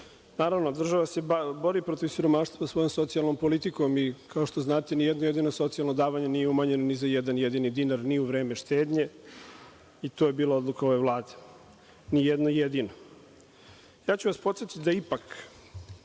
naravno, država se bori protiv siromaštva svojom socijalnom politikom i, kao što znate, ni jedno jedino socijalno davanje nije umanjeno ni za jedan jedini dinar, ni u vreme štednje. To je bila odluka ove Vlade. Ni jedno jedino. Podsetiću vas da ipak,